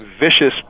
vicious